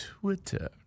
Twitter